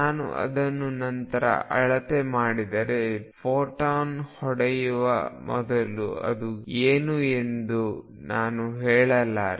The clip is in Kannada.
ನಾನು ಅದನ್ನು ನಂತರ ಅಳತೆ ಮಾಡಿದರೆ ಫೋಟಾನ್ ಹೊಡೆಯುವ ಮೊದಲು ಅದು ಏನು ಎಂದು ನಾನು ಹೇಳಲಾರೆ